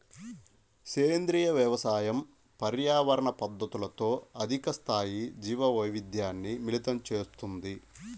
సేంద్రీయ వ్యవసాయం పర్యావరణ పద్ధతులతో అధిక స్థాయి జీవవైవిధ్యాన్ని మిళితం చేస్తుంది